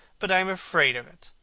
but i am afraid of it.